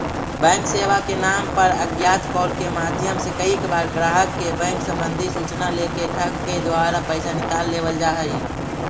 bank सेवा के नाम पर अज्ञात कॉल के माध्यम से कईक बार ग्राहक के बैंक संबंधी सूचना लेके ठग के द्वारा पैसा निकाल लेवल जा हइ